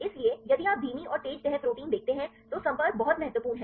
इसलिए यदि आप धीमी और तेज़ तह प्रोटीन देखते हैं तो संपर्क बहुत महत्वपूर्ण हैं